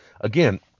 Again